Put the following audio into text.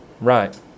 Right